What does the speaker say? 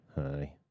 Hi